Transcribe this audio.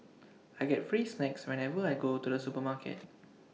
I get free snacks whenever I go to the supermarket